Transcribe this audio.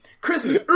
Christmas